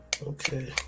okay